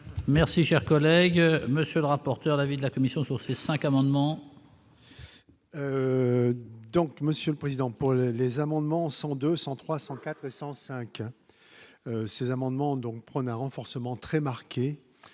Merci, cher collègue, monsieur le rapporteur de l'avis de la commission sur ces 5 amendements. Donc, Monsieur le Président pour les les amendements 100, 200, 300, 400 5 ces amendements donc prône un renforcement très marquée